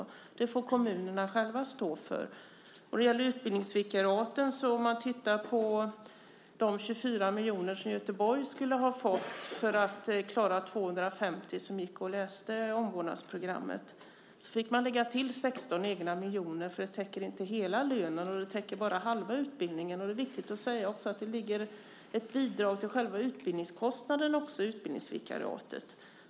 De vikarierna får kommunerna själva stå för. Göteborg skulle ha fått 24 miljoner för att klara 250 som läste omvårdnadsprogrammet. Kommunen fick lägga till 16 egna miljoner, för det täcker inte hela lönen och bara halva utbildningen. Det är viktigt att säga att det i ett utbildningsvikariat också ligger ett bidrag till själva utbildningskostnaden.